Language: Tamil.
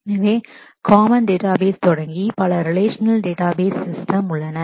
எனவே காமன் டேட்டாபேஸ் தொடங்கி பல ரிலேஷநல் டேட்டாபேஸ் சிஸ்டம் உள்ளன